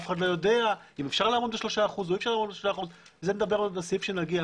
אף אחד לא יודע אם אפשר לעמוד או לא לעמוד ב-3% - זה נדבר בסעיף שנגיע,